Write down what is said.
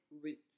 roots